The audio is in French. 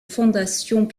fondations